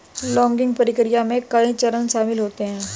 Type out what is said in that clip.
logging प्रक्रिया में कई चरण शामिल होते है